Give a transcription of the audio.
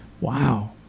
wow